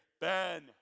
Ben